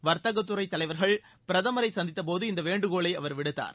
வர்த்தக துறை தலைவர்கள் பிரதமரை சந்தித்த போது இந்த வேண்டுகோலை அவர் விடுத்தார்